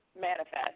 manifest